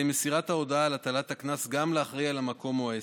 מסירת ההודעה על הטלת הקנס גם לאחראי למקום או העסק.